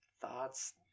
thoughts